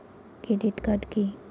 Credit card key?